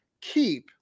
keep